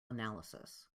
analysis